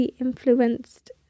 influenced